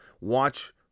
Watch